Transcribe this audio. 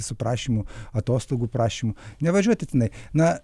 su prašymu atostogų prašymu nevažiuoti tenai na